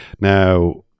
Now